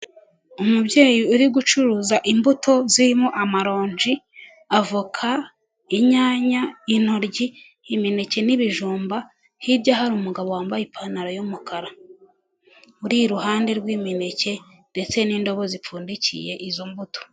Umubyeyi uri gucuruza imbuto zirimo amaronji, avoka, inyanya, intoryi, imineke n'ibijumba hirya hari umugabo wambaye ipantaro y'umukara uri iruhande rw'imineke ndetse n'indobo zipfundikiye izo mbuto.